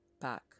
back